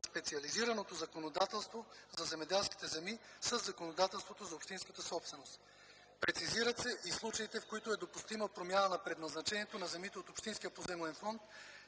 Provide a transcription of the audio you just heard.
специализираното законодателство за земеделските земи със законодателството на общинската собственост. Прецизират се и случаите, в които е допустима промяната на предназначението на земите от общинския поземлен фонд,